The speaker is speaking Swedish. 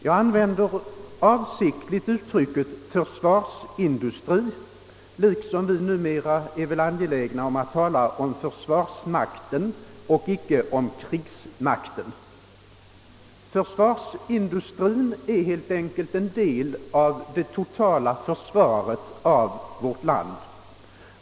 Jag använder med avsikt uttrycket försvarsindustri, liksom vi väl numera är angelägna om att använda uttrycket försvarsmakten, inte krigsmakten. Försvarsindustrien är helt enkelt en del av det totala försvaret av vårt land.